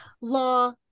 law